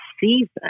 season